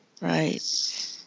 Right